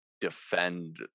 defend